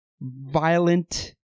violent